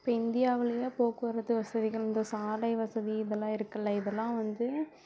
இப்போ இந்தியாவிலேயே போக்குவரத்து வசதிகள் இந்த சாலை வசதி இதெல்லாம் இருக்குதுல்ல இதெல்லாம் வந்து